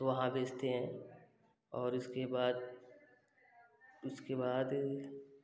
तो वहाँ बेचते हैं और इसके बाद उसके बाद